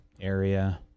area